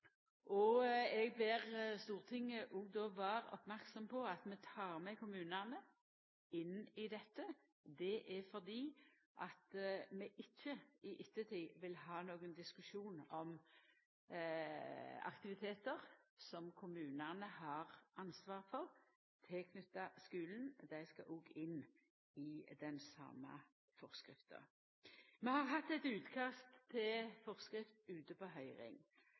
fastmontert. Eg ber òg Stortinget vera merksam på at vi tek med kommunane inn i dette. Det er fordi vi i ettertid ikkje vil ha nokon diskusjon om aktivitetar knytte til skulen, som kommunane har ansvaret for. Dei skal òg inn i den same forskrifta. Vi har hatt eit utkast til forskrift ute på høyring,